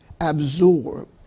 absorb